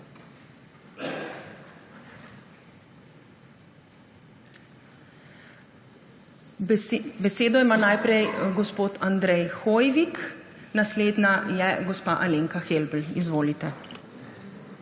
Besedo ima najprej gospod Andrej Hoivik, naslednja je gospa Alenka Helbl. Izvolite.